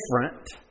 different